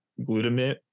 glutamate